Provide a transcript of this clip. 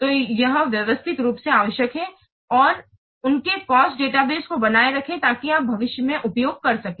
तो यह व्यवस्थित रूप से आवश्यक है उनके कॉस्ट डेटाबेस को बनाए रखें ताकि आप भविष्य में उपयोग कर सकें